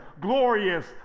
glorious